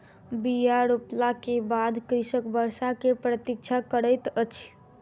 बीया रोपला के बाद कृषक वर्षा के प्रतीक्षा करैत अछि